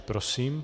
Prosím.